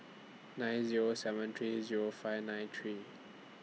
nine Zero seven three Zero five nine three